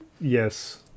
yes